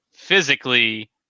physically